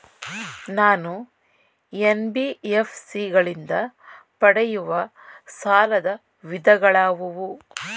ನಾನು ಎನ್.ಬಿ.ಎಫ್.ಸಿ ಗಳಿಂದ ಪಡೆಯುವ ಸಾಲದ ವಿಧಗಳಾವುವು?